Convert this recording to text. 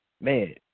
man